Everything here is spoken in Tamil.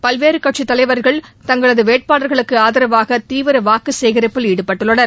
பல்வேறு கட்சி தலைவர்கள் தங்களது வேட்பாளர்களுக்கு ஆதரவாக தீவிர வாக்கு சேகரிப்பில் ஈடுபட்டுள்ளனர்